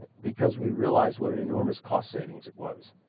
because we realized what an enormous cost savings it was.